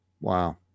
wow